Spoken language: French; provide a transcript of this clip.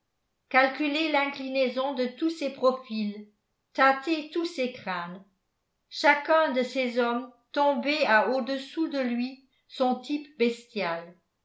calculez l'inclinaison de tous ces profils tâtez tous ces crânes chacun de ces hommes tombés a au-dessous de lui son type